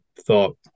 thought